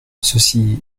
ceci